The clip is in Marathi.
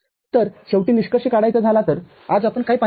तरशेवटी निष्कर्ष काढायचा झाला तरआज आपण काय पाहिले आहे